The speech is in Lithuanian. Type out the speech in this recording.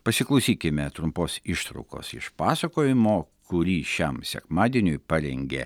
pasiklausykime trumpos ištraukos iš pasakojimo kurį šiam sekmadieniui parengė